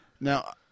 Now